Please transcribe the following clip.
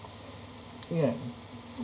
yeah